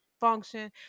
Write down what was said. function